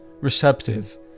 receptive